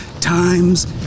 times